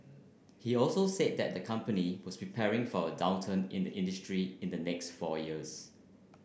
he also said that the company was preparing for a downturn in the industry in the next four years